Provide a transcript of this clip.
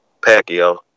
Pacquiao